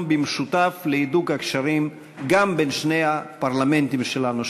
במשותף להידוק הקשרים גם בין שני הפרלמנטים שלנו,